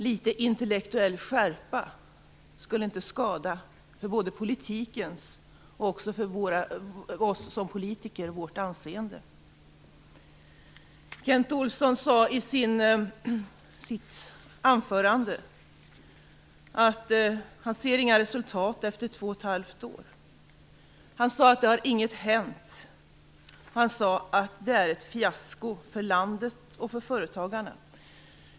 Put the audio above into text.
Litet intellektuell skärpa skulle inte skada, för politikens och vårt anseendes skull. Kent Olsson sade i sitt anförande att han inte ser några resultat efter två och ett halvt år. Han sade att ingenting har hänt. Han sade att detta är ett fiasko för landet och företagarna.